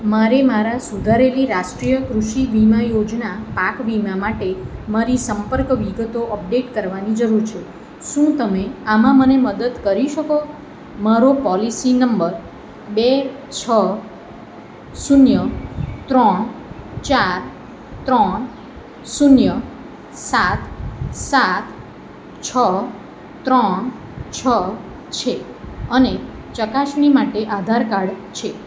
મારે મારા સુધારેલી રાષ્ટ્રીય કૃષિ વીમા યોજના પાક વીમા માટે મારી સંપર્ક વિગતો અપડેટ કરવાની જરૂર છે શું તમે આમાં મને મદદ કરી શકો મારો પોલિસી નંબર બે છ શૂન્ય ત્રણ ચાર ત્રણ શૂન્ય સાત સાત છ ત્રણ છ છે અને ચકાસણી માટે આધાર કાર્ડ છે